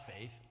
faith